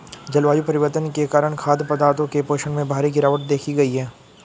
जलवायु परिवर्तन के कारण खाद्य पदार्थों के पोषण में भारी गिरवाट देखी गयी है